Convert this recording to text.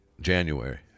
January